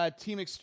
Team